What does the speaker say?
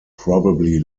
probably